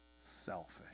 selfish